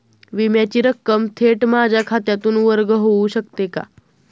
विम्याची रक्कम थेट माझ्या खात्यातून वर्ग होऊ शकते का?